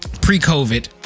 pre-COVID